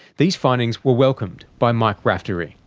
these findings were welcomed by mike raftery.